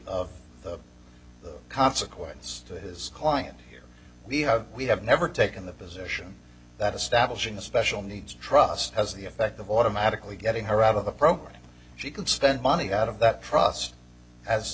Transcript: of the consequence to his client here we have we have never taken the position that establishing a special needs trust has the effect of automatically getting her out of the program she can spend money out of that trust as